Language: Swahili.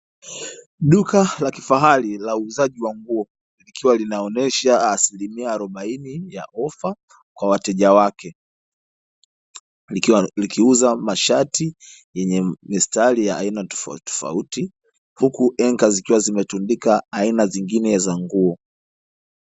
Duka la kifahari la uuzaji wa nguo likiwa linaonyesha asilimia arobaini ya ofa kwa wateja wake, likiuza mashati yenye mistari ya aina tofautitofauti, huku henga zikiwa zimetundika aina zingine za nguo.